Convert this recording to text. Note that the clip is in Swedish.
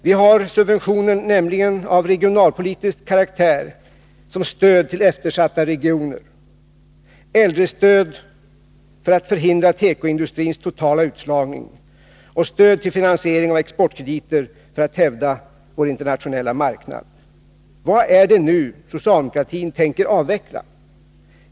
Vi har subventioner av regionalpolitisk karaktär som stöd till eftersatta regioner, äldrestöd för att hindra tekoindustrins totala utslagning och stöd till finansiering av exportkrediter för att hävda vår internationella marknad. Vad är det nu som socialdemokratin tänker avveckla?